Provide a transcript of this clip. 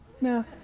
no